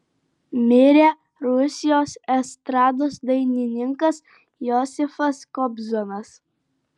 mirė rusijos estrados dainininkas josifas kobzonas